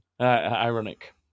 Ironic